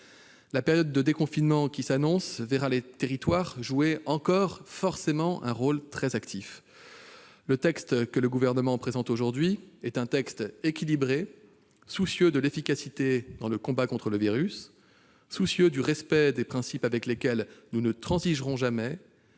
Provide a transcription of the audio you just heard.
La période de déconfinement qui s'annonce verra les territoires jouer encore, forcément, un rôle très actif. Le texte que le Gouvernement présente aujourd'hui est équilibré, gage d'efficacité dans le combat contre le virus, respectueux de principes avec lesquels nous ne transigerons jamais.